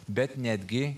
bet netgi